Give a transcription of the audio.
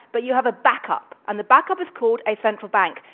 but you have a backup. and the backup is called a central bank.